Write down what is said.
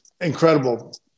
Incredible